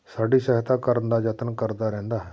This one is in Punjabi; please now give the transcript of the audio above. ਸਾਡੀ ਸਹਾਇਤਾ ਕਰਨ ਦਾ ਯਤਨ ਕਰਦਾ ਰਹਿੰਦਾ ਹੈ